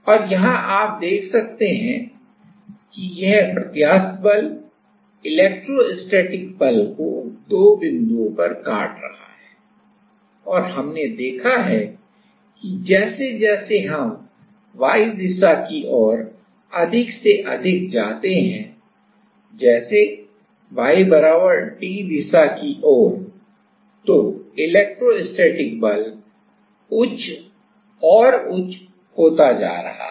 और यहाँ आप देख सकते हैं कि यह यह प्रत्यास्थ बल इलेक्ट्रोस्टैटिक बल को दो बिंदुओं पर काट रहा है और हमने देखा है कि जैसे जैसे हम y दिशा की ओर अधिक से अधिक जाते हैं जैसे y बराबर d दिशा की ओर तो इलेक्ट्रोस्टैटिक बल उच्च और उच्च होता जा रहा है